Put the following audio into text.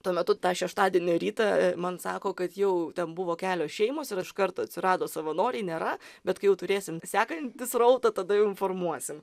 tuo metu tą šeštadienio rytą man sako kad jau ten buvo kelios šeimos ir iš karto atsirado savanoriai nėra bet kai jau turėsim sekantį srautą tada jau informuosim